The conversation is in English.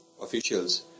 officials